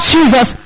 Jesus